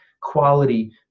quality